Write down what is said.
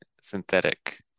synthetic